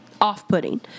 off-putting